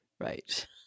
Right